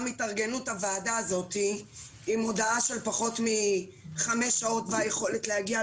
גם התארגנות הוועדה הזאת עם הודעה של פחות מחמש שעות כשאין יכולת להגיע,